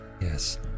Yes